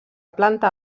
planta